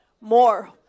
More